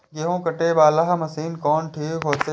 गेहूं कटे वाला मशीन कोन ठीक होते?